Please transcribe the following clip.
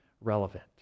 relevant